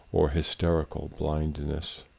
or hysterical blindness.